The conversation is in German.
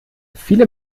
viele